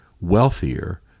wealthier